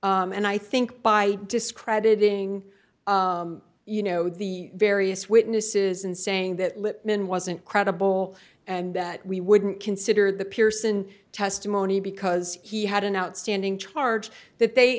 and i think by discrediting you know the various witnesses and saying that lippman wasn't credible and that we wouldn't consider the pearson testimony because he had an outstanding charge that they